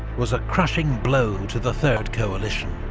was a crushing blow to the third coalition.